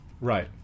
right